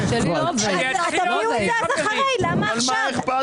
תביאו את זה אחרי, למה עכשיו?